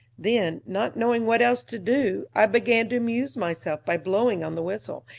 then, not knowing what else to do, i began to amuse myself by blowing on the whistle,